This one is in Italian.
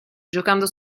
giocando